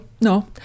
No